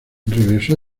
regresó